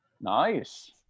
Nice